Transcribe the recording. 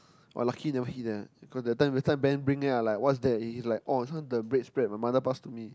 !wah! lucky never hit that eh cause then time that time Ben bring then like what's that oh this one the bread spread my mother pass to me